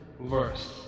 verse